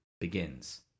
begins